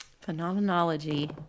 Phenomenology